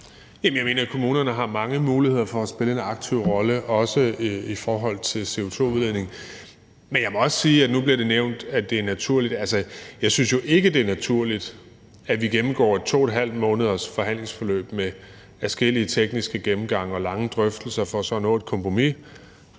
Jeg mener, at kommunerne har mange muligheder for at spille en aktiv rolle, også i forhold til CO2-udledning. Men jeg må også sige noget andet. Nu bliver det nævnt, at det er naturligt. Jeg synes jo ikke, det er naturligt, at vi gennemgår et forhandlingsforløb på 2½ måned med adskillige tekniske gennemgange og lange drøftelser for så at nå et kompromis